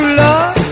love